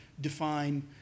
define